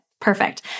Perfect